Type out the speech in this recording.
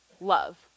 love